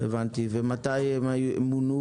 מתי מונו